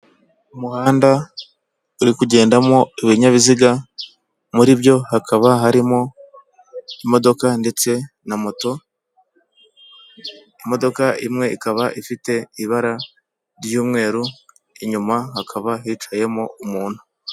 Umuhanda uri kugendamo ibinyabiziga muri byo hakaba harimo imodoka, ndetse na moto, imodoka imwe ikaba ifite ibara ry'umweru inyuma hakaba hicayemo umuntu.